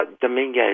Dominguez